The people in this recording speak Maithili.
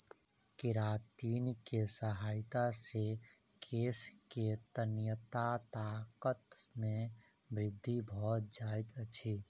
केरातिन के सहायता से केश के तन्यता ताकत मे वृद्धि भ जाइत अछि